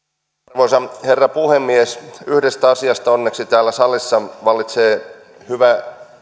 arvoisa herra puhemies yhdestä asiasta onneksi täällä salissa vallitsee hyvä